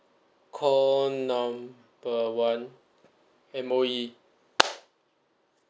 call number one M_O_E